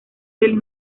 del